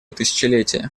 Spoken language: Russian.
тысячелетия